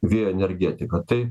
vėjo energetiką tai